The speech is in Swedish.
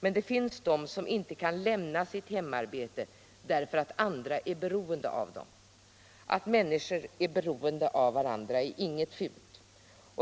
Men det finns de som inte kan lämna sitt hemarbete därför att andra är beroende av dem. Att människor är beroende av varandra är ju inget fult.